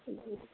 جی